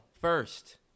first